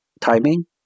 timing